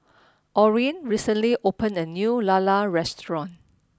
Orren recently opened a new Lala Restaurant